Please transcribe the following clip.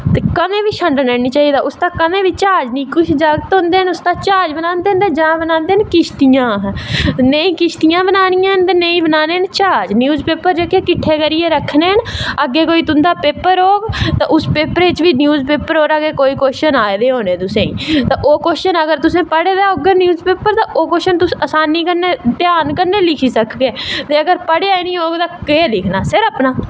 ते कदैं बी छड्डना नी चाही दा कुश जागत ते ज्हाज बनांदे न ते कुश बनांदे न किश्तियां नेईं किश्तियां बनानियां न ते नेईं बनाने न ज्हाज न्यूज प्पर कट्ठे करियै रक्खने न अग्गैं कोई तुंदा पेपर होग ते उस पेपर पर बी न्यूज पेपर परा दा गै कव्शन आए दो होने तुसेंगी ओह् कव्शन तुसें पढ़े दे होंगन न्यूज पेपर तां तुसें आ सानी कन्नै ध्यान कन्नै लिखी सकगे जेकर पढ़े दा नी होग ते केह् लिखना सिर अपना